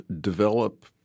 develop